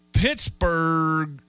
Pittsburgh